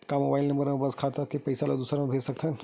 का mobile number बस से खाता से पईसा दूसरा मा भेज सकथन?